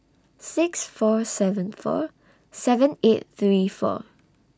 six four seven four seven eight three four